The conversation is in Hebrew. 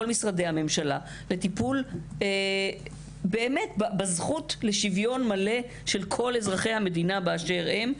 משרדי הממשלה לטיפול בזכות לשוויון מלא של כל אזרחי המדינה באשר הם.